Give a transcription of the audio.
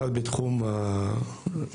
אחד בתחום המניעה,